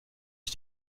ich